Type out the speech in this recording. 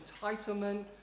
entitlement